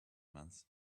months